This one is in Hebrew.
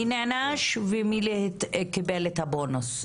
נענש ומי קיבל את הבונוס.